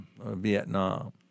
Vietnam